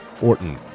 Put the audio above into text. Orton